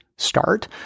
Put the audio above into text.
Start